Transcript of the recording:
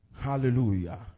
Hallelujah